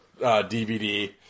DVD